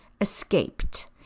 escaped